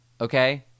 okay